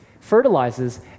fertilizes